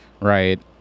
right